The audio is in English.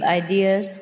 ideas